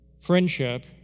friendship